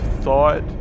thought